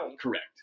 Correct